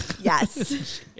Yes